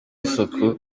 isuku